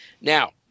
Now